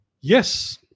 Yes